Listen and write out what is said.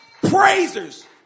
Praisers